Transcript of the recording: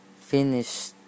finish